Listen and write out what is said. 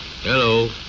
Hello